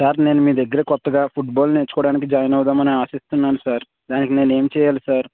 sir నేను మీ దగ్గర కొత్తగా ఫుట్బాల్ నేర్చుకోవడానికి జాయిన్ అవుదాం అని ఆశిస్తున్నాను సార్ దానికి నేను ఏమి చేయాలి సార్